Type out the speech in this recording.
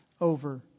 over